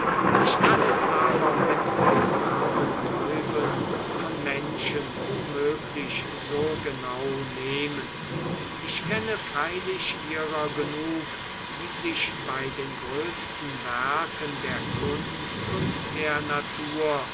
ich kann es aber mit den armen teufeln von menschen unmöglich so genau nehmen ich kenne freilich ihrer genug die sich bei den größten werken der kunst und der natur